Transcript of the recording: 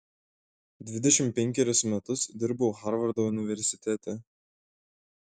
dvidešimt penkerius metus dirbau harvardo universitete